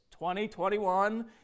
2021